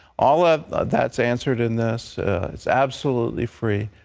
all of that is answered in this. it is absolutely free.